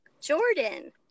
Jordan